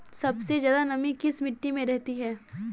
सबसे ज्यादा नमी किस मिट्टी में रहती है?